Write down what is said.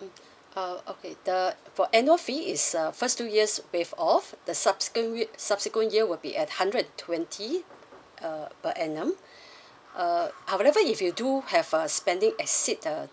mm uh okay the for annual fee is uh first two years waive off the subsequent week subsequent year will be at hundred and twenty uh per annum uh however if you do have a spending exceed the